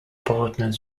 partners